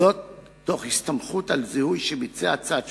תוך הסתמכות על זיהוי שביצע צד שלישי,